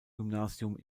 gymnasium